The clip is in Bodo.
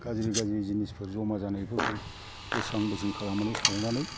गाज्रि गाज्रि जिनिसफोर जमा जानायफोरखौ बोस्रां बोस्रिं खालामनानै सावनानै